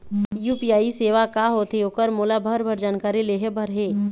UPI सेवा का होथे ओकर मोला भरभर जानकारी लेहे बर हे?